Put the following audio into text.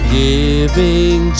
giving